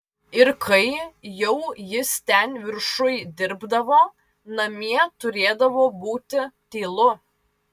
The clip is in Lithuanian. ir kai jau jis ten viršuj dirbdavo namie turėdavo būti tylu